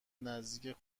نزدیک